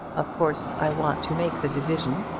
of course i want to make the division,